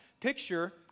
picture